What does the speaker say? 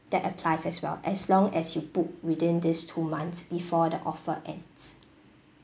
that applies as well as long as you book within these two months before the offer ends